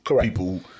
people